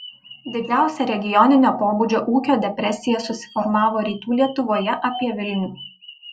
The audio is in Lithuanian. didžiausia regioninio pobūdžio ūkio depresija susiformavo rytų lietuvoje apie vilnių